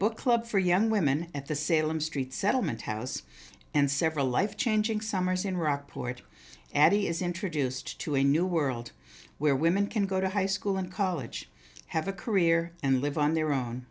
book club for young women at the salem street settlement house and several life changing summers in rockport addie is introduced to a new world where women can go to high school and college have a career and live on their own